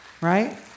right